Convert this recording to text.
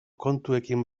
kontuekin